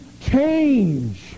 change